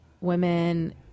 women